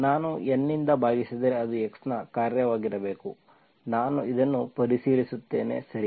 ನಾನು N ನಿಂದ ಭಾಗಿಸಿದರೆ ಅದು x ನ ಕಾರ್ಯವಾಗಿರಬೇಕು ನಾನು ಇದನ್ನು ಪರಿಶೀಲಿಸುತ್ತೇನೆ ಸರಿ